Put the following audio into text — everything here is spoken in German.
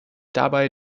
dabei